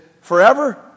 forever